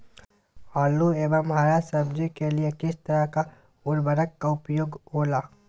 आलू एवं हरा सब्जी के लिए किस तरह का उर्वरक का उपयोग होला?